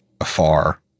afar